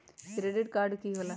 Credit card की होला?